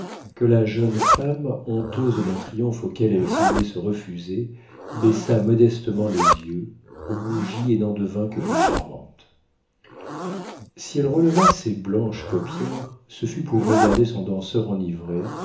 que la jeune femme honteuse d'un triomphe auquel elle semblait se refuser baissa modestement les yeux rougit et n'en devint que plus charmante si elle releva ses blanches paupières ce fut pour regarder son danseur enivré